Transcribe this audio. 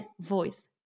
voice